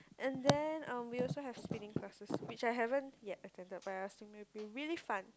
and then uh we also have spinning classes which I haven't yet attended but I'm assuming it will be really fun